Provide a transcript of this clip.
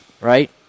Right